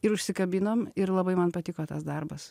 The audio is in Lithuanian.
ir užsikabinom ir labai man patiko tas darbas